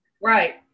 Right